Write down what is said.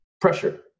Pressure